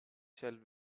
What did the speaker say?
shall